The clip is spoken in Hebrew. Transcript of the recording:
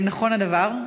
1. האם נכון הדבר?